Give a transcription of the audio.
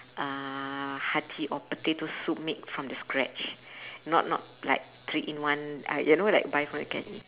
uh hearty or potato soup made from the scratch not not like three in one uh you know like buy from the can